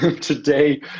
today